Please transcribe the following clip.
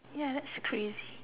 ya that's crazy